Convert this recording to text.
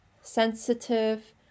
sensitive